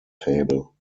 table